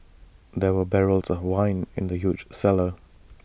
there were barrels of wine in the huge cellar